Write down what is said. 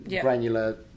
granular